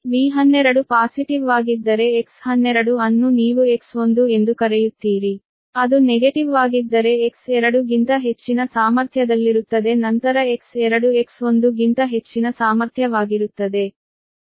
V12 ಪಾಸಿಟಿವ್ವಾಗಿದ್ದರೆ ನಿಮ್ಮ X12 ಅನ್ನು ನೀವು X1 ಎಂದು ಕರೆಯುತ್ತೀರಿ ಅದು ನೆಗೆಟಿವ್ವಾಗಿದ್ದರೆ X2 ಗಿಂತ ಹೆಚ್ಚಿನ ಸಾಮರ್ಥ್ಯದಲ್ಲಿರುತ್ತದೆ X1 X2 ಹೆಚ್ಚಿನ ಸಾಮರ್ಥ್ಯವಾಗಿರುತ್ತದೆ